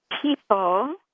people